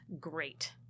great